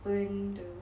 burn the